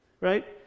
Right